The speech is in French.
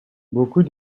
beaucoup